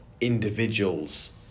individuals